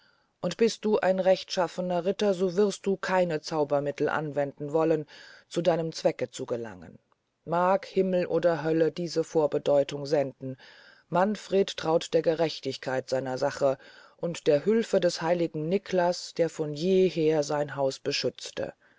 und bist du ein rechtschaffener ritter so wirst du keine zaubermittel anwenden wollen zu deinem zweck zu gelangen mag himmel oder hölle diese vorbedeutungen senden manfred traut der gerechtigkeit seiner sache und der hülfe des heiligen niklas der von jeher sein haus beschützte